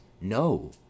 no